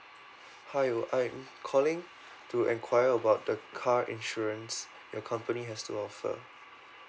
hi I'm calling to enquire about the car insurance your company has to offer